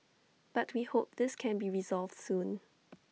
but we hope this can be resolved soon